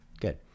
good